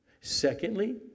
Secondly